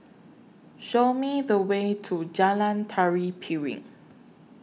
Show Me The Way to Jalan Tari Piring